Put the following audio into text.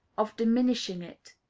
of diminishing it?